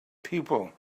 people